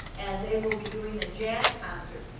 and they will be doing a jazz concert.